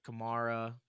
Kamara